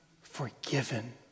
forgiven